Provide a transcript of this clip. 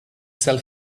sell